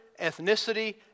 ethnicity